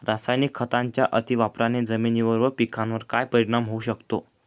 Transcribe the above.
रासायनिक खतांच्या अतिवापराने जमिनीवर व पिकावर काय परिणाम होऊ शकतो?